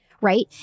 right